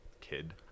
kid